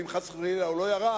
ואם חס וחלילה הוא לא ירד,